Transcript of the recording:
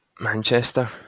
Manchester